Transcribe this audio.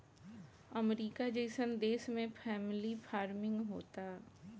अमरीका जइसन देश में फैमिली फार्मिंग होता